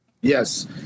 Yes